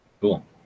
Cool